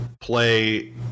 play